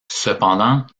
cependant